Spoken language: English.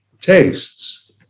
tastes